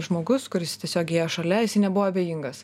žmogus kuris tiesiog ėjo šalia jisai nebuvo abejingas